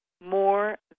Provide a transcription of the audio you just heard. more